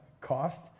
cost